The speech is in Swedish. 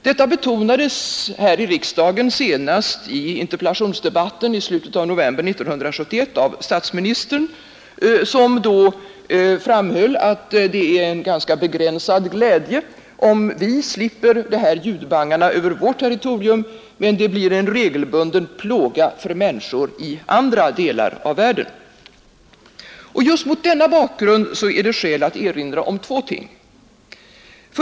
Detta betonades här i riksdagen senast i interpellationsdebatten i slutet av november 1971 av statsministern, som då framhöll att det är en ganska begränsad glädje om vi slipper ljudbangar över vårt territorium men de blir en regelbunden plåga för människorna i andra delar av världen. Just mot denna bakgrund är det skäl att erinra om två ting.